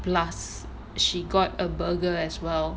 plus she got a burger as well